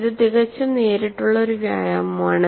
ഇത് തികച്ചും നേരിട്ടുള്ള ഒരു വ്യായാമമാണ്